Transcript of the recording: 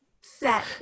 set